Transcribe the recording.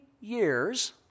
years